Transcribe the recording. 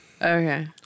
Okay